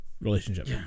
relationship